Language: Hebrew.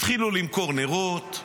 התחילו למכור נרות,